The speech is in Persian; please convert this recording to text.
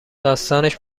داستانش